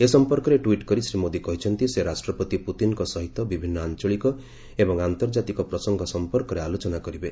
ଏ ସଫପର୍କରେ ଟ୍ୱିଟ୍ କରି ଶ୍ରୀ ମୋଦି କହିଛନ୍ତି ସେ ରାଷ୍ଟ୍ରପତି ପୁତିନଙ୍କ ସହିତ ବିଭିନ୍ନ ଆଞ୍ଚଳିକ ଏବଂ ଆନ୍ତର୍ଜାତିକ ପ୍ରସଙ୍ଗ ସଂପର୍କରେ ଆଲୋଚନା କରିବେ